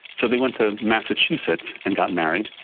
so they went to massachusetts and got married,